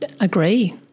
agree